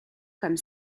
comme